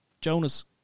Jonas